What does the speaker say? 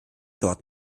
dort